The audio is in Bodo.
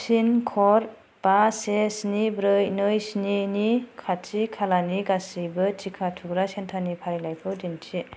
पिन कड बा से स्नि ब्रै नै स्नि नि खाथि खालानि गासैबो टिका थुग्रा सेन्टारनि फारिलाइखौ दिन्थि